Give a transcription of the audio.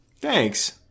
Thanks